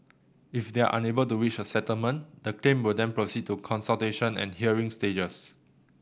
if they are unable to reach a settlement the claim will then proceed to consultation and hearing stages